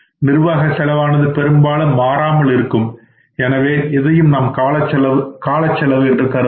நிர்வாக செலவானது பெரும்பாலும் மாறாமல் இருக்கும் எனவே இதையும் நாம் காலச்செலவு என்று கருதலாம்